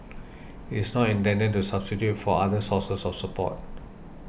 it is not intended to substitute for other sources of support